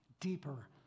Deeper